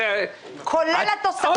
כולל התוספות.